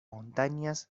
montañas